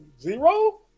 Zero